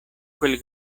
quel